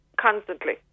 constantly